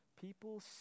people